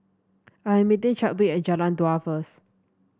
I am meeting Chadwick at Jalan Dua first